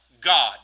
God